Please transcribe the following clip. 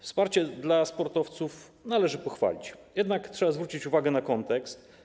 Wsparcie dla sportowców należy pochwalić, jednak trzeba zwrócić uwagę na kontekst.